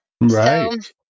Right